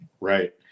Right